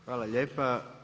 Hvala lijepa.